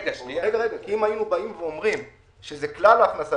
אם היינו באים ואומרים שזה כלל ההכנסה,